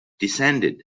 descended